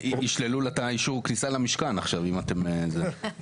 ישללו לה את אישור הכניסה למשכן עכשיו אם אתם זה.